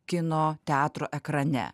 kino teatro ekrane